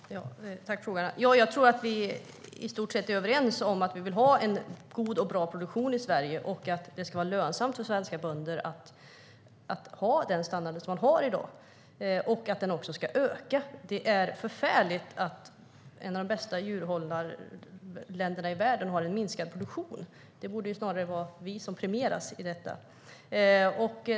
Herr talman! Jag tror att vi i stort sett är överens om att vi vill ha en god och bra produktion i Sverige och att det ska vara lönsamt för svenska bönder att ha den standard som man har i dag och att den också ska öka. Det är förfärligt att ett av de bästa djurhållarländerna i världen har minskad produktion. Det borde snarare vara vi som premieras.